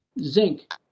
Zinc